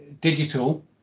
digital